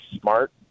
smart